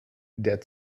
der